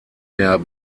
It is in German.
der